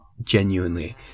genuinely